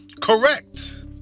Correct